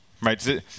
Right